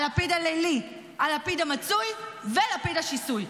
הלפיד הלילי, הלפיד המצוי ולפיד השיסוי.